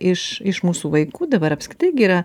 iš iš mūsų vaikų dabar apskritai gi yra